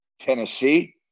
Tennessee